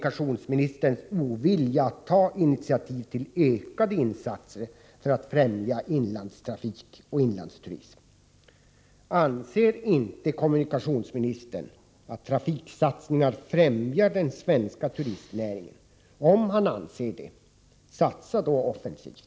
Anser inte kommunikationsministern att trafiksatsningar främjar den svenska turistnäringen? Om han anser det, satsa då offensivt!